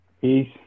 Peace